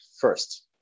first